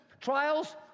trials